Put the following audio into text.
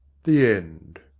the end